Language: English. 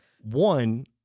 One